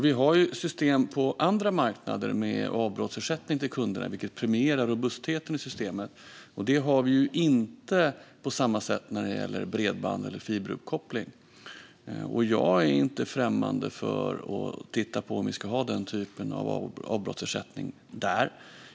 Vi har system på andra marknader med avbrottsersättning till kunderna, vilket premierar robustheten i systemen. Det har vi inte på samma sätt när det gäller bredband eller fiberuppkoppling. Jag är inte främmande för att titta på om vi ska ha den typen av avbrottsersättning där.